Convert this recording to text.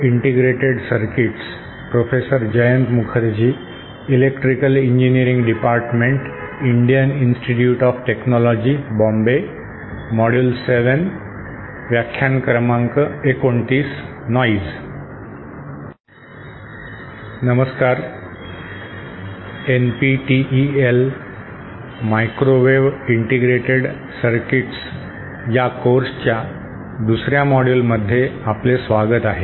नमस्कार NPTEL MOOC प्रोग्राममध्ये microwave integrated सर्किट्समध्ये या कोर्सच्या दुसर्या मॉड्यूलमध्ये आपले स्वागत आहे